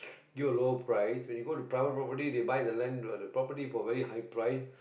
give a low price when you go to private property they buy the land the property for very high price